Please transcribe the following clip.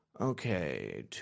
Okay